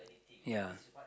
ya